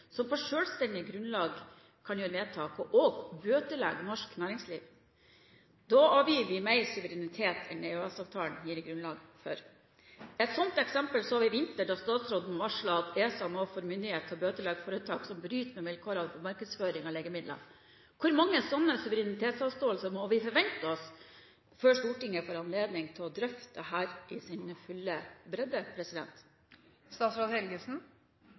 på selvstendig grunnlag kan gjøre vedtak og bøtelegge norsk næringsliv. Da avgir vi mer suverenitet enn EØS-avtalen gir grunnlag for. Et slikt eksempel så vi i vinter, da statsråden varslet at ESA nå får myndighet til å bøtelegge foretak som bryter med vilkårene for markedsføring av legemidler. Hvor mange slike suverenitetsavståelser må vi forvente oss før Stortinget får anledning til å drøfte dette i sin fulle bredde?